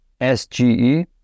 SGE